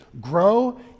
Grow